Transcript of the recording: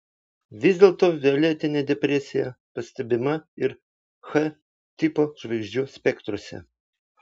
vis dėlto violetinė depresija pastebima ir ch tipo žvaigždžių spektruose